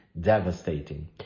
devastating